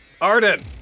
Arden